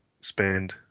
spend